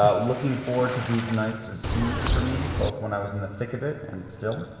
ah looking forward to these nights was huge for me, both when i was in the thick of it and still.